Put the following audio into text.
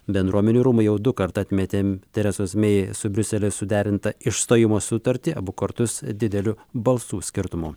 bendruomenių rūmai jau dukart atmetė teresos mei su briuseliu suderintą išstojimo sutartį abu kartus dideliu balsų skirtumu